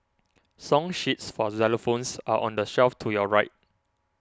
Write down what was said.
song sheets for xylophones are on the shelf to your right